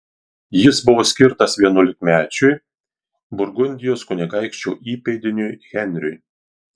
jis buvo skirtas vienuolikamečiui burgundijos kunigaikščio įpėdiniui henriui